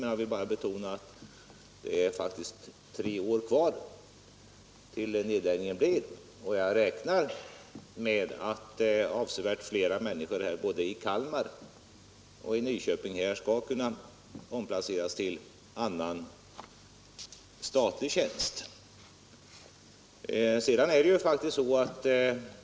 Men jag vill bara betona att det faktiskt är tre år kvar till nedläggningen och jag räknar med att avsevärt fler människor, både i Kalmar och i Nyköping, skall kunna omplaceras till annan statlig tjänst.